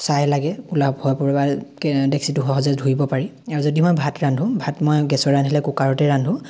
ছাই লাগে ক'লা হোৱা ডেক্সিটো সহজে ধুই দিব পাৰি আৰু যদি মই ভাত ৰান্ধো ভাত মই গেছত ৰান্ধিলে কুকাৰতে ৰান্ধো